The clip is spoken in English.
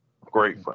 great